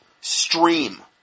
stream